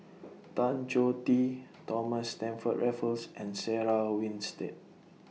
Tan Choh Tee Thomas Stamford Raffles and Sarah Winstedt